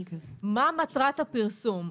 מה מטרת הפרסום?